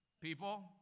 people